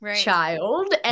child